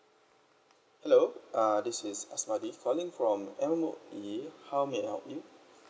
hello uh this is asmadi calling from M_O_E how may I help you